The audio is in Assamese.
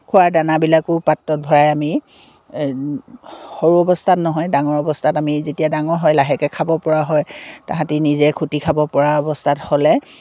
খোৱা দানাবিলাকো পাত্ৰত ভৰাই আমি সৰু অৱস্থাত নহয় ডাঙৰ অৱস্থাত আমি যেতিয়া ডাঙৰ হয় লাহেকে খাব পৰা হয় তাহাঁতি নিজে খুটি খাব পৰা অৱস্থাত হ'লে